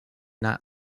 not